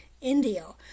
Indio